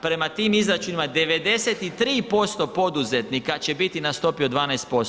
Prema tim izračunima 93% poduzetnika će biti na stopi od 12%